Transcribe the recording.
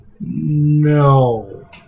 no